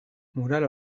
mural